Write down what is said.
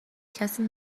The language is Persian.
کسی